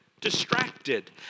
distracted